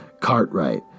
Cartwright